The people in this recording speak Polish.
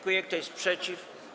Kto jest przeciw?